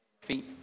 Feet